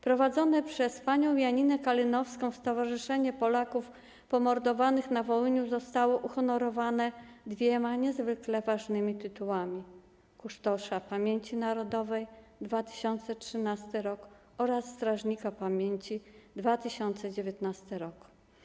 Prowadzone przez panią Janinę Kalinowską Stowarzyszenie Upamiętniania Polaków Pomordowanych na Wołyniu zostało uhonorowane dwoma niezwykle ważnymi tytułami: Kustosza Pamięci Narodowej w 2013 r. oraz Strażnika Pamięci w 2019 r.